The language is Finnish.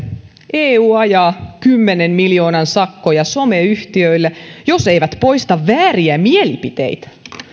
eu ajaa kymmenen miljoonan sakkoja someyhtiöille jos eivät poista vääriä mielipiteitä